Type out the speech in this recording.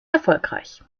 erfolgreich